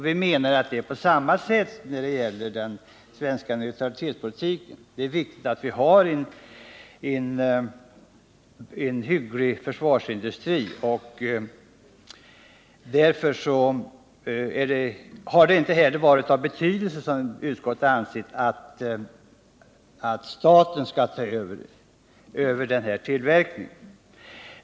Vi menar att det är på samma sätt när det gäller den svenska neutralitetspolitiken. Det är viktigt att vi har en hygglig försvarsindustri. Därför har det inte heller varit av betydelse, anser utskottet, att staten skulle ta över denna tillverkning.